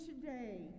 today